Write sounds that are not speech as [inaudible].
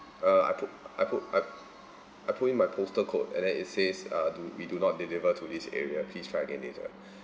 uh I put I put I I put in my postal code and then it says uh do we do not deliver to this area please try again later [breath]